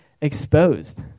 Exposed